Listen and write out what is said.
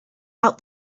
out